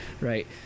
right